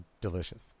delicious